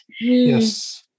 Yes